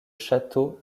château